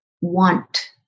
want